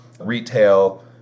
retail